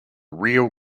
real